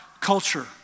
culture